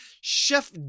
Chef